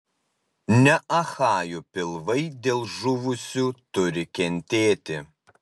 ne achajų pilvai dėl žuvusių turi kentėti